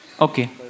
Okay